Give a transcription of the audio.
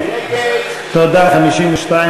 סעיף 52,